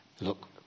look